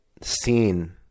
seen